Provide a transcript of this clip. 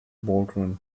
baldwin